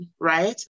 right